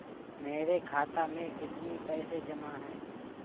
मेरे खाता में कितनी पैसे जमा हैं?